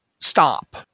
stop